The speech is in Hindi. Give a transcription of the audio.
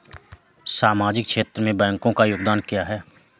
सामाजिक क्षेत्र में बैंकों का योगदान क्या है?